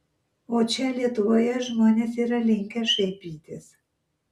o čia lietuvoje žmonės yra linkę šaipytis